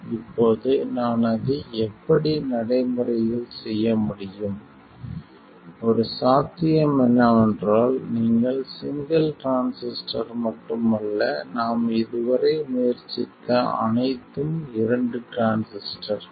இப்போது நான் அதை எப்படி நடைமுறையில் செய்ய முடியும் ஒரு சாத்தியம் என்னவென்றால் நீங்கள் சிங்கிள் டிரான்சிஸ்டர் மட்டும் அல்ல நாம் இதுவரை முயற்சித்த அனைத்தும் இரண்டு டிரான்சிஸ்டர்கள்